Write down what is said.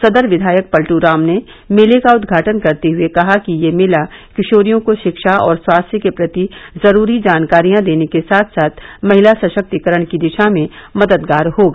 सदर विधायक पलटू राम ने मेले का उद्घाटन करते हुए कहा कि यह मेला किशोरियों को शिक्षा और स्वास्थ्य के प्रति जरूरी जानकारियां देने के साथ साथ महिला सशक्तीकरण की दिशा में मददगार होगा